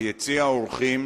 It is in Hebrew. ביציע האורחים.